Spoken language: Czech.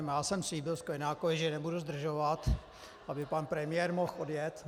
Já jsem slíbil Sklenákovi, že nebudu zdržovat, aby pan premiér mohl odjet.